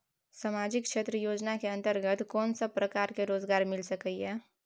सामाजिक क्षेत्र योजना के अंतर्गत कोन सब प्रकार के रोजगार मिल सके ये?